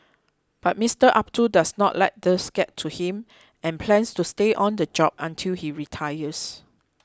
but Mister Abdul does not let these get to him and plans to stay on the job until he retires